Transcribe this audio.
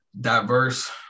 diverse